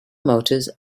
motors